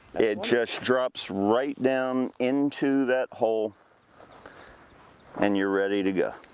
it just drops right down into that hole and you're ready to go.